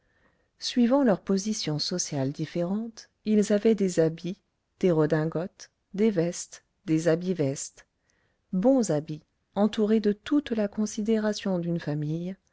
suivant leur position sociale différente ils avaient des habits des redingotes des vestes des habits vestes bons habits entourés de toute la considération d'une famille